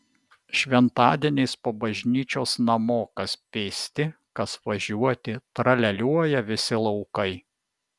šventadieniais po bažnyčios namo kas pėsti kas važiuoti tralialiuoja visi laukai